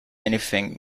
anything